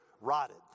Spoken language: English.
rotted